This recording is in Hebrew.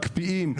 מקפיאים,